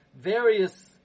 various